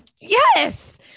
yes